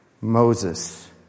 Moses